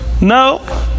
No